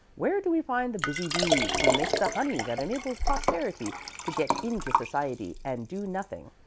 where do we find the busy bees who make the honey that enables posterity to get into society and do nothing?